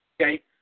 okay